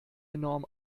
enorm